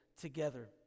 together